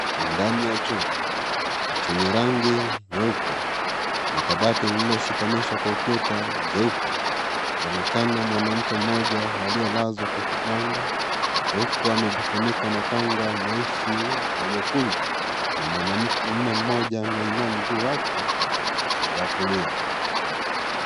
Ndani ya chumba chenye rangi nyeupe na kabati kilochoshikanishwa kwa ukuta jeupe, paonekana mwanamke mmoja aliyelazwa kwa kitanda huku amejifunika na kanga nyeusi na nyekundu na mwanamme mmoja ameinua mguu wake wa kulia.